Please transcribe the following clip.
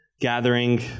gathering